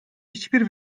hiçbir